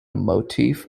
motif